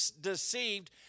deceived